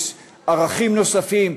שערכים נוספים,